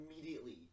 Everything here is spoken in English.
immediately